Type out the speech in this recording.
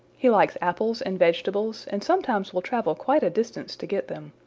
he likes apples and vegetables and sometimes will travel quite a distance to get them.